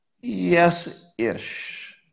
yes-ish